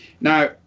Now